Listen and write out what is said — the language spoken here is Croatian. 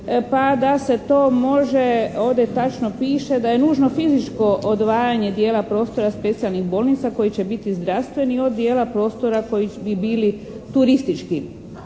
Pa da se to može, ovdje tačno piše, da je nužno fizičko odvajanje dijela prostora specijalnih bolnica koji će biti zdravstveni od dijela prostora koji bi bili turistički.